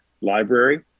library